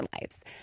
lives